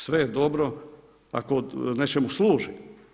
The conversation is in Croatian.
Sve je dobro ako nečemu služi.